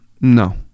No